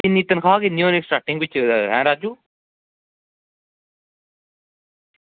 ऐं तन्खाह् किन्नी होनी स्टार्टिंग बिच ऐं राजू